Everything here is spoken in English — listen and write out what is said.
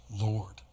Lord